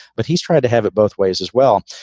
but he's tried to have it both ways as well.